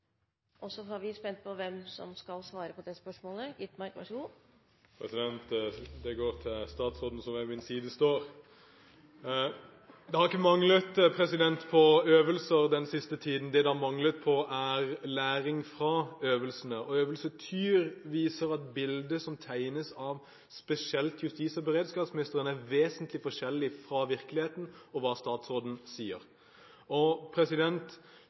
statsråden som ved min side står. Det har ikke manglet på øvelser den siste tiden. Det det har manglet på, er læring fra øvelsene, og Øvelse Tyr viser at bildet som tegnes, spesielt av justis- og beredskapsministeren, er vesentlig forskjellig fra virkeligheten og det statsråden sier.